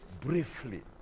briefly